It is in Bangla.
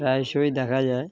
প্রায়শই দেখা যায়